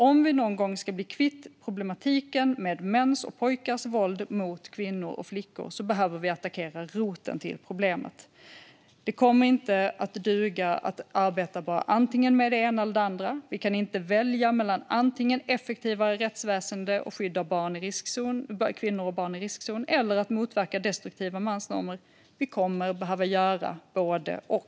Om vi någon gång ska bli kvitt problematiken med mäns och pojkars våld mot kvinnor och flickor behöver vi attackera roten till problemet. Det kommer inte att duga att arbeta bara med antingen det ena eller det andra. Vi kan inte välja mellan effektivare rättsväsen och att skydda kvinnor och barn i riskzonen eller att motverka destruktiva mansnormer, utan vi kommer att behöva göra både och.